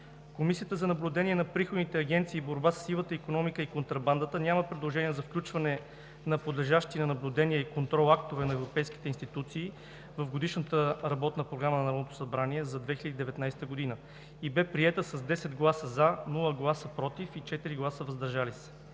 Комисията за наблюдение на приходните агенции и борба със сивата икономика и контрабандата няма предложения за включване на подлежащи на наблюдение и контрол актове на европейските институции в Годишната работна програма на Народното събрание за 2019 г. и тя бе приета с 10 гласа „за“, без „против“ и 4 гласа „въздържал се“.“